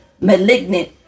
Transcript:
malignant